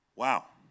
wow